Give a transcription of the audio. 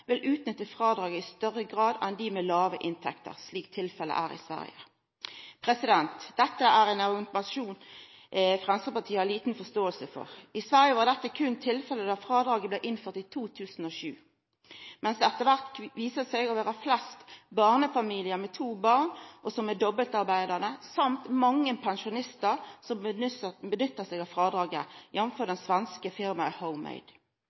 vil utnytte fradraget i større grad enn de med lave inntekter, slik tilfellet er i Sverige.» Dette er ein argumentasjon Framstegspartiet har lita forståing for. I Sverige var dette berre tilfellet då frådraget blei innført i 2007, mens det etter kvart har vist seg å vera flest barnefamiliar med to barn og som er dobbeltarbeidande, og mange pensjonistar, som gjer bruk av frådraget,